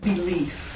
Belief